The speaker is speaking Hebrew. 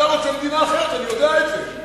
אתה רוצה מדינה אחרת, אני יודע את זה,